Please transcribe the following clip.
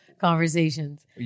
conversations